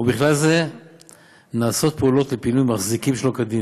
ובכלל זה נעשות פעולות לפינוי מחזיקים שלא כדין.